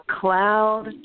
cloud